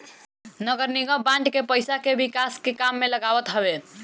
नगरनिगम बांड के पईसा के विकास के काम में लगावत हवे